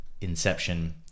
inception